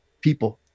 people